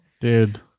Dude